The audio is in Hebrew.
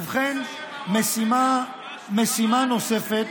ובכן, משימה נוספת